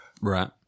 Right